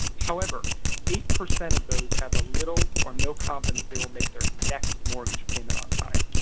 however eight percent of those have a little or no confidence they will make their next mortgage payment on time.